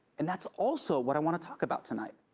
and that's also what i want to talk about tonight.